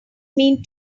mean